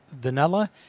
vanilla